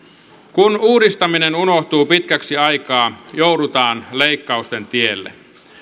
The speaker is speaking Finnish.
kun uudistaminen unohtuu pitkäksi aikaa joudutaan leikkausten tielle